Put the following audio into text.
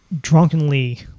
drunkenly